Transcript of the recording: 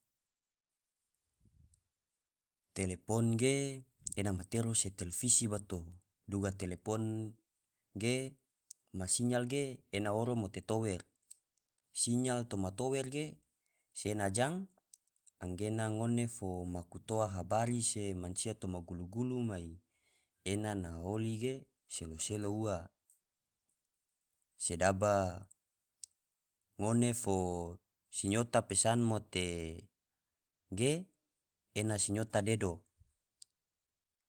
Telepon ge ena matero se televisi bato, duga telepon ge ma sinyal ge ena oro mote tower, sinyal toma tower ge si ena jang gena ngone fo maku toa habari se mansia toma gulu-gulu mai ena na oli ge selo-selo ua, sedaba ngone siyota pesan ge ena sinyota dedo.